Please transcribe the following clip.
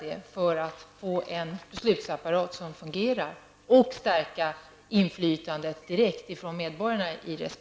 Det gäller ju att få en beslutsapparat som fungerar och att stärka inflytandet direkt vad gäller medborgarna i resp.